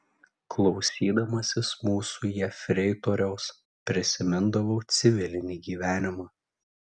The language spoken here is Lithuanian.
klausydamasis mūsų jefreitoriaus prisimindavau civilinį gyvenimą